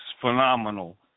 phenomenal